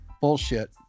bullshit